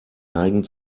neigen